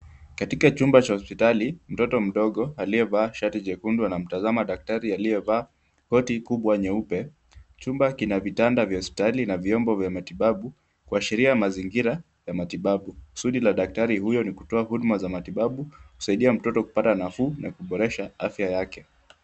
Katika chumba cha hospitali mtoto mdogo aliyevaa shati jekundu anamtazama daktari aliyevaa koti kubwa nyeupe. Chumba kina vitanda vya hospitali na vyombo vya matibabu kuashiria mazingira ya matibabu. Kusudi la daktari huyo ni kutoa huduma za matibabu kusaidia mtoto kupata nafuu na kuboresha afya yake.